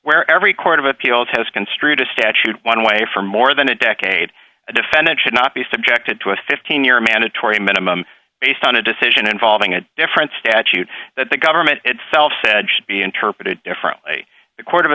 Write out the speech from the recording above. where every court of appeals has construed a statute one way for more than a decade a defendant should not be subjected to a fifteen year mandatory minimum based on a decision involving a different statute that the government itself said should be interpreted differently the court of